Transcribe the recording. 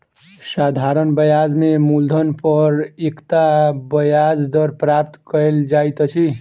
साधारण ब्याज में मूलधन पर एकता ब्याज दर प्राप्त कयल जाइत अछि